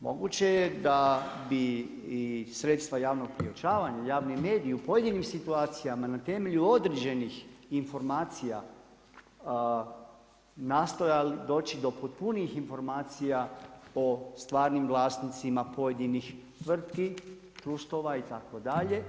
Moguće je da bi i sredstva javnog priopćavanja i javni mediji u pojedinim situacijama na temelju određenih informacija nastojali doći do potpunijih informacija o stvarnim vlasnicima pojedinih tvrtki, … itd.